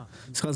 סליחה,